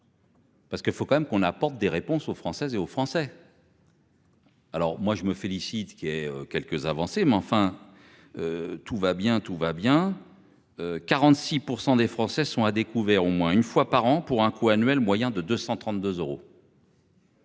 Parce que faut quand même qu'on apporte des réponses aux Françaises et aux Français. Alors moi je me félicite qu'il ait quelques avancées mais enfin. Tout va bien, tout va bien. 46% des Français sont à découvert au moins une fois par an pour un coût annuel moyen de 232 euros.